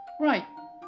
Right